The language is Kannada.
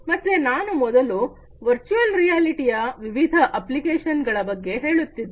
ಮತ್ತೆ ನಾನು ಮೊದಲು ವರ್ಚುಯಲ್ ರಿಯಾಲಿಟಿ ಯ ವಿವಿಧ ಅಪ್ಲಿಕೇಶನ್ಗಳ ಬಗ್ಗೆ ಹೇಳುತ್ತಿದ್ದೆ